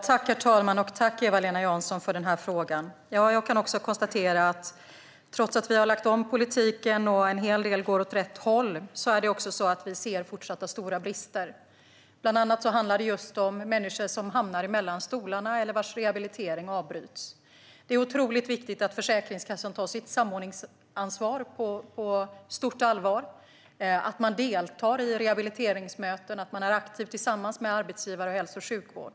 Herr talman! Tack, Eva-Lena Jansson, för frågan! Också jag kan konstatera att trots att vi har lagt om politiken och en hel del går åt rätt håll ser vi fortsatta stora brister. Bland annat handlar det just om människor som hamnar mellan stolarna eller vars rehabilitering avbryts. Det är otroligt viktigt att Försäkringskassan tar sitt samordningsansvar på stort allvar, att man deltar i rehabiliteringsmöten och att man är aktiv tillsammans med arbetsgivare och hälso och sjukvård.